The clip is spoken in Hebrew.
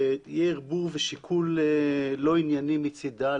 ויהיה ערבוב ושיקול לא ענייני מצידה,